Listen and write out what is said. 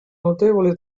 notevole